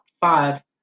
five